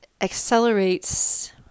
accelerates